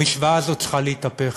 המשוואה הזאת צריכה להתהפך.